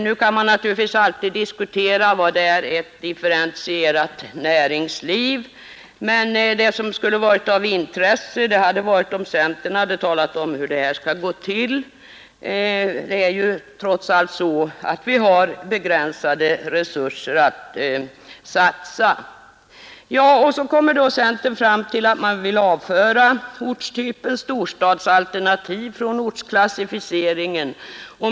Nu kan man naturligtvis alltid diskutera vad ett differentierat näringsliv är, men av särskilt intresse hade det varit om centern talat om hur detta skall gå till. Vi har ju trots allt begränsade resurser att satsa. Så kommer centern fram till att man vill avföra ortstypen storstadsalternativ från ortsklassificeringen.